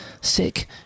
sick